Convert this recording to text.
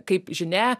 kaip žinia